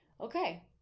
okay